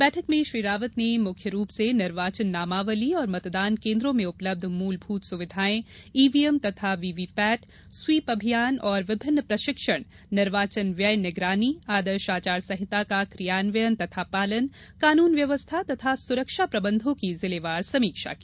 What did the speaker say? बैठक में मुख्य निर्वाचन आयुक्त श्री रावत ने मुख्य रूप से निर्वाचक नामावली और मतदान केन्द्रों में उपलब्ध मुलभुत सुविधाएं ईव्हीएम तथा व्हीव्हीपेट स्वीप अभियान तथा विभिन्न प्रशिक्षण निर्वाचन व्यय निगरानी आदर्श आचरण संहिता का क्रियान्वयन तथा पालन कानून व्यवस्था तथा सुरक्षा प्रबंधों की जिलेवार समीक्षा की